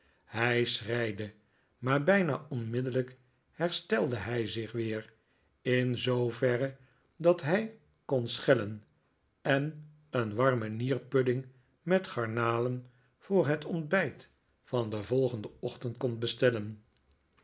hij schreide maar bijna onmiddellijk herstelde hij zich weer in zooverre dat hij kori schellen en een warmen nierpudding met garnalen voor het ontbijt van den volgenden ochtend kon bestellen